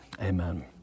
Amen